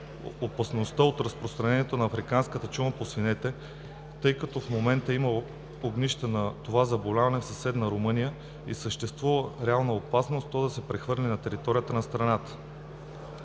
опасността от разпространение на африканската чума по свинете, тъй като в момента има огнища на това заболяване в съседна Румъния и съществува реална опасност то да се прехвърли на територията на страната.